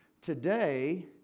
Today